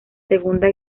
segunda